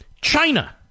China